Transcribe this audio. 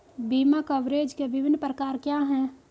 बीमा कवरेज के विभिन्न प्रकार क्या हैं?